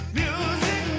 music